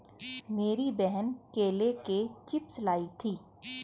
मेरी बहन केले के चिप्स लाई थी